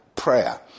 Prayer